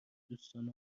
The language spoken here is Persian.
دوستانه